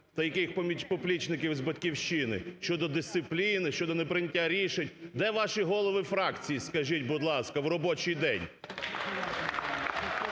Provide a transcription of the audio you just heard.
та їхніх поплічників із "Батьківщини" щодо дисципліни, щодо неприйняття рішень. Де ваші голови фракцій, скажіть, будь ласка, в робочий день?